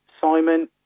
Simon